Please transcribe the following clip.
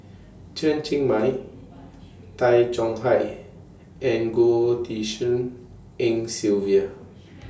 Chen Cheng Mei Tay Chong Hai and Goh Tshin En Sylvia